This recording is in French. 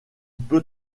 peut